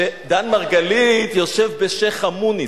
שדן מרגלית יושב בשיח'-מוניס.